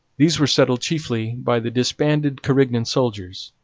these were settled chiefly by the disbanded carignan soldiers,